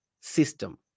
system